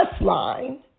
line